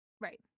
Right